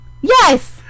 Yes